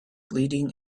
leading